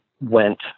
went